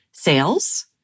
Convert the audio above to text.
sales